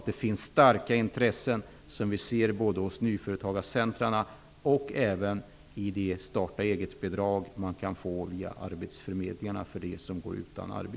Det finns starka intressen, som vi ser både hos nyföretagarcentrumen och av de starta-eget-bidrag som de som går utan arbete kan få via arbetsförmedlingarna.